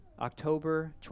October